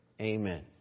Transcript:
Amen